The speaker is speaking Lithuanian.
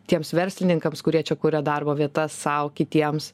tiems verslininkams kurie čia kuria darbo vietas sau kitiems